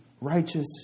righteous